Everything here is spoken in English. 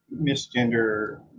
misgender